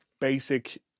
basic